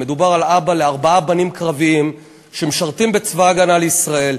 מדובר על אבא לארבעה בנים קרביים שמשרתים בצבא הגנה לישראל.